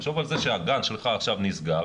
תחשוב על זה שהגן שלך עכשיו נסגר,